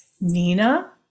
Nina